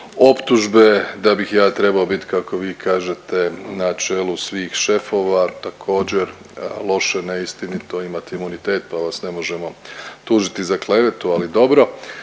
optužbe da bih ja trebao bit kako vi kažete na čelu svih šefova, također loše, neistinito imate imunitet pa vas ne možemo tužiti za klevetu, ali dobro.